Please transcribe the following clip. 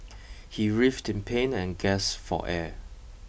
he writhed in pain and gasped for air